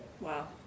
Wow